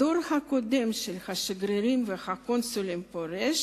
הדור הקודם של השגרירים והקונסולים פורש